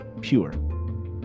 pure